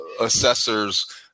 assessor's